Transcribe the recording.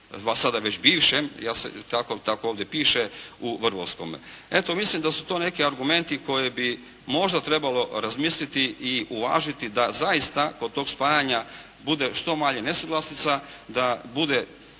sada već bivšem, tako ovdje piše u Vrbovskome. Eto mislim da su to neki argumenti koje bi možda trebalo razmisliti i uvažiti da zaista kod tog spajanja bude što manje nesuglasica, da bude